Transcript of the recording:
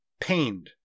Pained